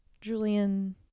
Julian